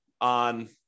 on